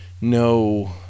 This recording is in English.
no